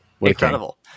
Incredible